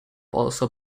also